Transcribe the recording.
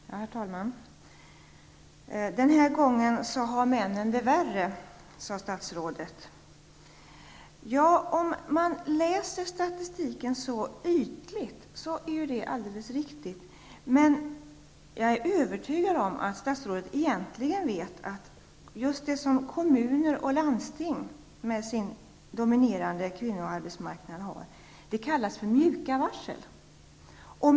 Herr talman! Den här gången har männen det värre, sade statsrådet. Ja, det är riktigt om man läser statistiken så ytligt som han gör. Jag är övertygad om att statsrådet egentligen vet att just det som kommuner och landsting med sin dominerande kvinnoarbetsmarknad har kallas för mjuka varsel.